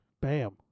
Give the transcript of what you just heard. Bam